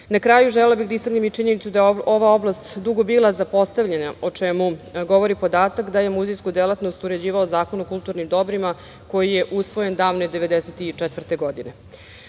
kraju, želela bih da istaknem i činjenicu da je ova oblast dugo bila zapostavljena, o čemu govori podatak da je muzejsku delatnost uređivao Zakon o kulturnim dobrima, koji je usvojen davne 1994. godine. Odbor